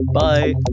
bye